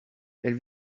elle